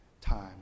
time